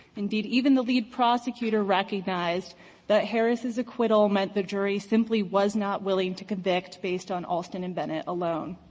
indeed even the lead prosecutor recognized that harris's acquittal meant the jury simply was not willing to convict based on all alston and bennett alone.